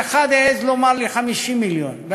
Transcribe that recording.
אז אחד העז לומר לי 50 מיליון,